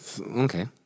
Okay